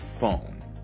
phone